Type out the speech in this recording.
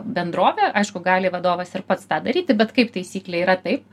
bendrovė aišku gali vadovas ir pats tą daryti bet kaip taisyklė yra taip